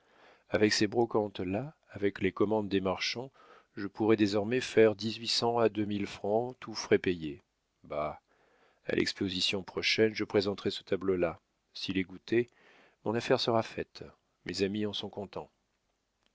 avec ces brocantes là avec les commandes des marchands je pourrai désormais faire dix-huit cents à deux mille francs tous frais payés bah à l'exposition prochaine je présenterai ce tableau là s'il est goûté mon affaire sera faite mes amis en sont contents